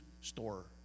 store